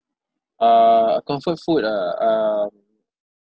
uh a comfort food ah um